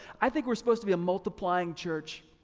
i think we're supposed to be a multiplying church.